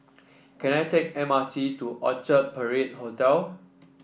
can I take M R T to Orchard Parade Hotel